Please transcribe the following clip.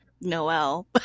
Noel